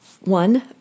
One